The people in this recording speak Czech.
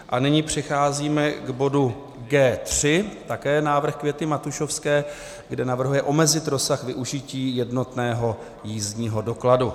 A nyní přecházíme k bodu G3, také návrh Květy Matušovské, kde navrhuje omezit rozsah využití jednotného jízdního dokladu.